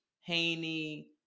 Haney